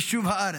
יישוב הארץ,